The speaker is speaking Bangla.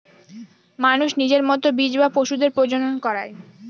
মানুষ নিজের মতো বীজ বা পশুদের প্রজনন করায়